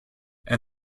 and